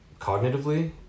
cognitively